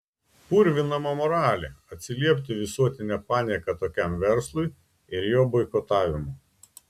purvinama moralė atsiliepti visuotine panieka tokiam verslui ir jo boikotavimu